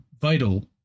vital